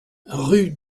rue